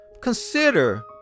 Consider